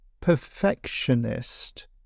perfectionist